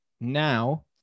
now